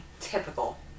typical